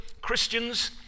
Christians